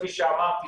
כפי שאמרתי,